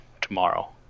tomorrow